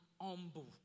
humble